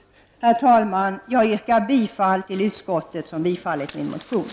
Herr talman! Jag yrkar bifall till utskottets hemställan som innebär bifall till min motion.